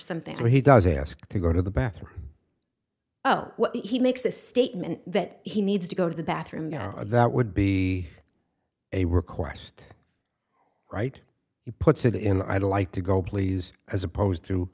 something where he doesn't ask to go to the bathroom oh he makes a statement that he needs to go to the bathroom and that would be a request right he puts it in i don't like to go please as opposed to